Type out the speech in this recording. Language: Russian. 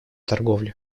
торговли